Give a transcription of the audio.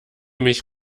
mich